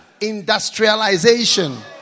Industrialization